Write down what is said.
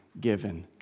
given